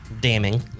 damning